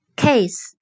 case